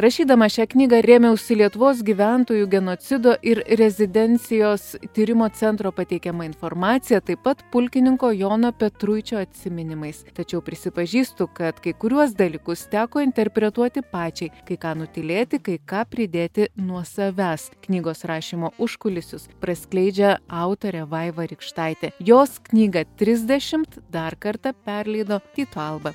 rašydama šią knygą rėmiausi lietuvos gyventojų genocido ir rezidencijos tyrimo centro pateikiama informacija taip pat pulkininko jono petruičio atsiminimais tačiau prisipažįstu kad kai kuriuos dalykus teko interpretuoti pačiai kai ką nutylėti kai ką pridėti nuo savęs knygos rašymo užkulisius praskleidžia autorė vaiva rykštaitė jos knygą trisdešimt dar kartą perleido tyto alba